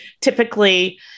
Typically